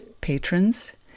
patrons